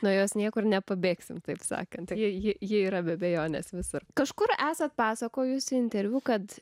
nuo jos niekur nepabėgsime taip sakė ji ji yra be abejonės visur kažkur esat pasakojusi interviu kad